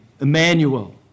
Emmanuel